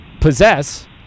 possess